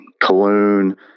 cologne